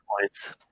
points